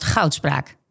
Goudspraak